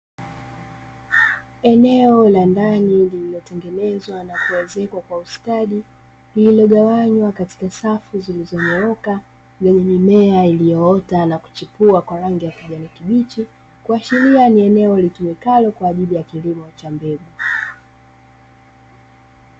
Eneo la ndani, lililotengenezwa na kuezekwa kwa ustadi, lililogawanywa katika safu zilizonyooka, yenye mimea iliyoota na kuchipua kwa rangi ya kijani kibichi, kuashiria ni eneo litumikalo kwa kilimo cha mbegu.